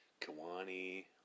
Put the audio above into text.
Kiwani